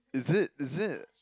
is it is it